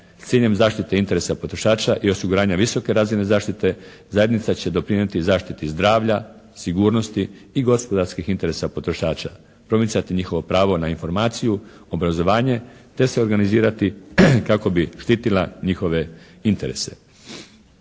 "S ciljem zaštite interesa potrošača i osiguranja visoke razine zaštite zajednica će doprinijeti zaštiti zdravlja, sigurnosti i gospodarskih interesa potrošača, promicati njihovo pravo na informaciju, obrazovanje te se organizirati kako bi štitila njihove interese".